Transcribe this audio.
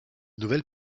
nouvelles